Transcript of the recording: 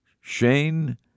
Shane